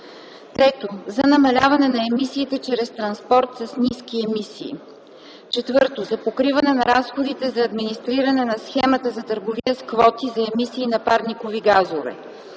3. за намаляване на емисиите чрез транспорт с ниски емисии; 4. за покриване на разходите за администриране на схемата за търговия с квоти за емисии на парникови газове;